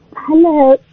Hello